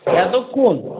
এতক্ষণ